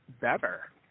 better